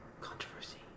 Controversy